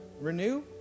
renew